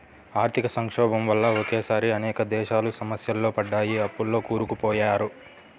ఆర్థిక సంక్షోభం వల్ల ఒకేసారి అనేక దేశాలు సమస్యల్లో పడ్డాయి, అప్పుల్లో కూరుకుపోయారు